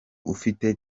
ufite